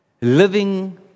living